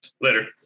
Later